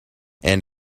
and